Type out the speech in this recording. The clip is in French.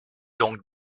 donc